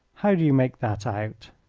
how do you make that out?